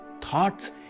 thoughts